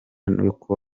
nuko